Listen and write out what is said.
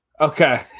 Okay